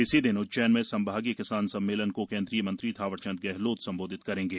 इसी दिन उज्जन्न में संभागीय किसान सम्मेलन को केन्द्रीय मंत्री थावरचन्द गेहलोत संबोधित करेंगे